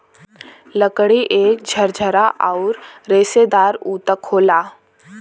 लकड़ी एक झरझरा आउर रेसेदार ऊतक होला